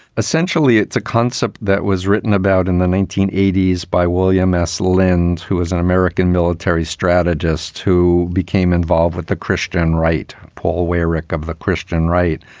essentially, it's a concept that was written about in the nineteen eighty s by william s. lind, who is an american military strategist who became involved with the christian right. paul weyrich of the christian right.